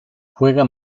juega